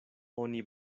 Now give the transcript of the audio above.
oni